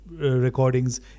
recordings